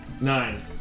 Nine